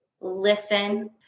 listen